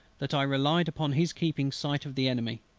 that i relied upon his keeping sight of the enemy.